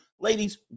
Ladies